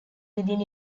within